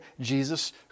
Jesus